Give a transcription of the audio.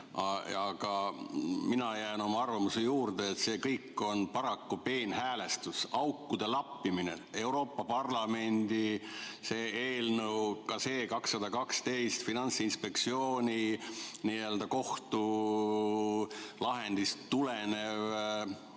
Aga mina jään oma arvamuse juurde, et see kõik on paraku peenhäälestus, aukude lappimine, see Euroopa Parlamendi eelnõu, ka see 212, Finantsinspektsiooni n-ö kohtulahendist tulenev